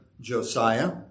Josiah